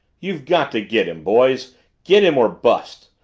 you've got to get him, boys get him or bust!